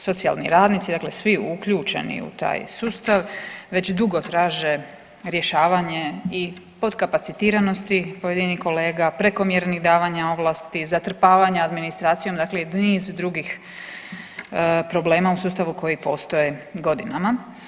Socijalni radnici, dakle svi uključeni u taj sustav već dugo traže rješavanje i podkapacitiranosti pojedinih kolega, prekomjernih davanja ovlasti, zatrpavanja administracijom i niz drugih problema u sustavu koje postoje godinama.